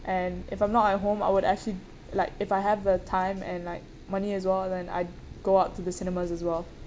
and if I'm not at home I would actually like if I have the time and like money as well then I'd go out to the cinemas as well